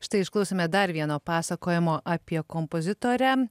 štai išklausėme dar vieno pasakojimo apie kompozitorę